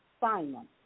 Simon